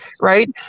Right